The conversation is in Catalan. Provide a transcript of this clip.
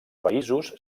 països